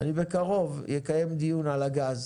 בקרוב אני אקיים דיון על הגז